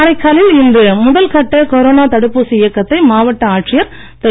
காரைக்காலில் இன்று முதல் கட்ட கொரோனா தடுப்பூசி இயக்கத்தை மாவட்ட ஆட்சியர் திரு